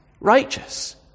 righteous